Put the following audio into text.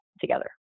together